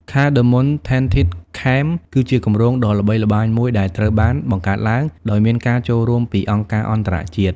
Cardamom Tented Camp គឺជាគម្រោងដ៏ល្បីល្បាញមួយដែលត្រូវបានបង្កើតឡើងដោយមានការចូលរួមពីអង្គការអន្តរជាតិ។